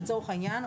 לצורך העניין,